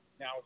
now